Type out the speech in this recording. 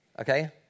Okay